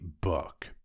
book